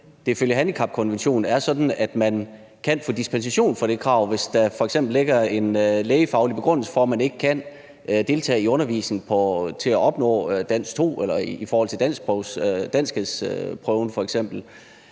handicapkonventionen sådan, at man kan få dispensation fra det krav, hvis der f.eks. ligger en lægefaglig begrundelse for, at man ikke kan deltage i undervisningen til at bestå dansk 2 eller danskhedsprøven f.eks.